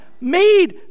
made